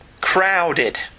crowded